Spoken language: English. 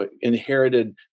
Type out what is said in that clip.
Inherited